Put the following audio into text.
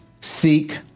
Seek